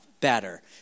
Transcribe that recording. better